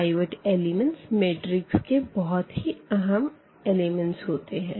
pivot elements matrix के बहुत ही अहम एलिमेंट्स होता है